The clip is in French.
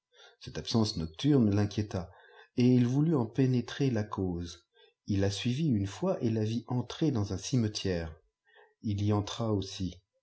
cette absence nocturne l'inquiéta et il voulut en pénétrer la cause il la suivit une fois et la vit entrer dans un cimetière il y entra aussi